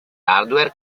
hardware